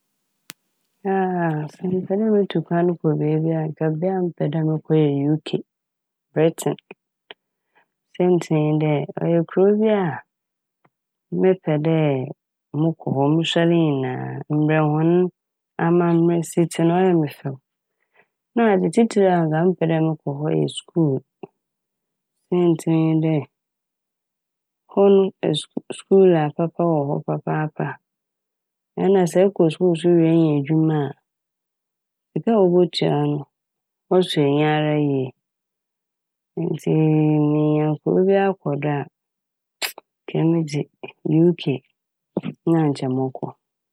Sɛ mepɛ dɛ mutu kwan kɔ beebi a anka bea mepɛ dɛ mokɔ yɛ U.K, Britain. Saintsir nye dɛ ɔyɛ kurow bi a mepɛ dɛ mokɔ hɔ mosua ne nyinaa mbrɛ hɔn amambrɛ si tse n' ɔyɛ me fɛw. Na adze tsitsir a anka mepɛ dɛ mokɔ yɛ skuul. Saintsir nye dɛ hɔ no eskuu- skuul apapa wɔ hɔ papaapa. Nna sɛ ekɔ skuul wie na sɛ enya edwuma a sika a wobotua wo no ɔsɔ eyi ara yie. Ntsi minya kurow biara kɔ do a nkyɛ emi dze U.K na ankyɛ mokɔ.